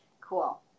Cool